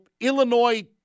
Illinois